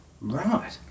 Right